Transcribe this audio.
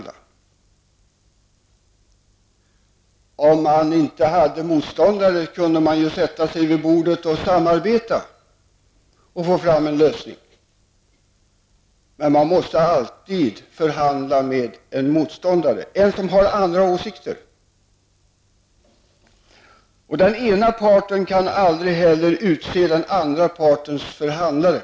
Men om man inte hade motståndare kunde man ju sätta sig vid bordet och samarbeta och på det sättet åstadkomma en lösning. Men man måste alltid förhandla med en motståndare, en som har andra åsikter. Den ena parten kan inte heller utse den andra partens förhandlare.